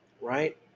right